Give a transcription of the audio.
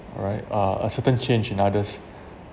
alright uh a certain change in others